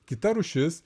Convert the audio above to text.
kita rūšis